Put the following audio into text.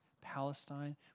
palestine